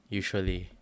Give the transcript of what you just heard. usually